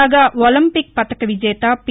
కాగా ఒలంపిక్ పతకవిజేత పి